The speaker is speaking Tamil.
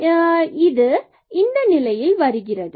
ஏன் இது இந்த நிலையில் வருகிறது